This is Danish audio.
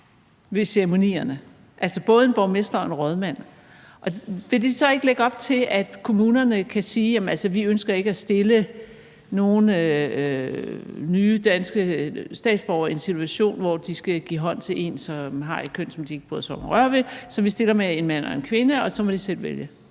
ved ceremonierne, altså både en borgmester og en rådmand. Vil det så ikke lægge op til, at kommunerne kan sige: Vi ønsker ikke at stille nogen nye danske statsborgere i en situation, hvor de skal give hånd til en person, som har et køn, som de ikke bryder sig om at røre ved, så vi stiller med en mand og en kvinde, og så må de selv vælge?